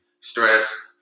Stress